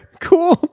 cool